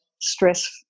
stress